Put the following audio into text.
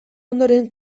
ondoren